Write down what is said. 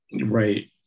Right